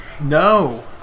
No